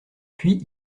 puis